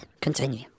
Continue